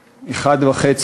לחודש,